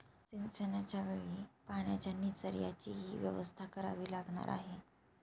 सिंचनाच्या वेळी पाण्याच्या निचर्याचीही व्यवस्था करावी लागणार आहे